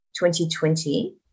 2020